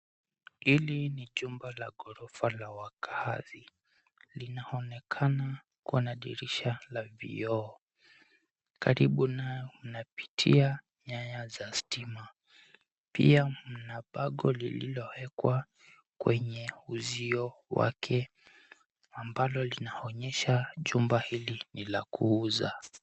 Hili ni jumba la ghorofa la wakaazi. Linaonekana kuwa na dirisha la vioo. Karibu nayo kunapitia nyaya za stima. Pia mna bango lililowekwa kwenye uzio wake ambalo linaonyesha jumba hili ni la kuuza.